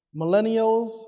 millennials